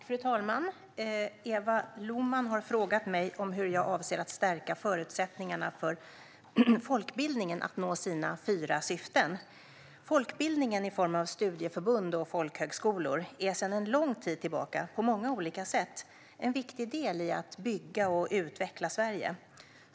Fru talman! Eva Lohman har frågat mig hur jag avser att stärka förutsättningarna för folkbildningen att nå sina fyra syften. Folkbildningen i form av studieförbund och folkhögskolor är sedan en lång tid tillbaka på många olika sätt en viktig del i att bygga och utveckla Sverige.